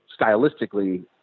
stylistically